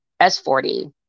S40